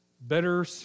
Better